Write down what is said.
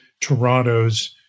Toronto's